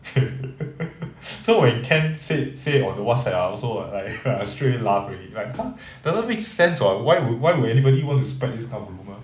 so when ken said say on Whatsapp ah I also like I straightaway laugh like !huh! doesn't make sense [what] why would why would anybody want to spread this kind of rumour